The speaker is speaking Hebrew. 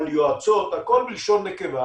על יועצות - הכול בלשון נקבה,